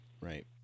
right